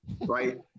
Right